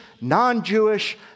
non-Jewish